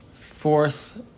fourth